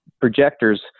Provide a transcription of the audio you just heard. projectors